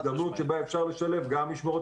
הזדמנות שבה אפשר לשלב גם משמרות,